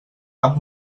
app